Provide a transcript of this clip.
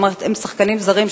כלומר הם שחקנים זרים,